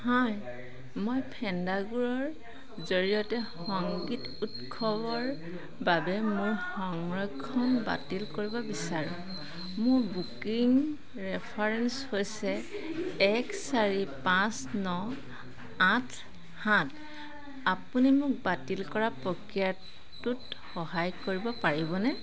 হাই মই ফেণ্ডাংগোৰ জৰিয়তে সংগীত উৎসৱৰ বাবে মোৰ সংৰক্ষণ বাতিল কৰিব বিচাৰোঁ মোৰ বুকিং ৰেফাৰেন্স হৈছে এক চাৰি পাঁচ ন আঠ সাত আপুনি মোক বাতিল কৰা প্ৰক্ৰিয়াটোত সহায় কৰিব পাৰিবনে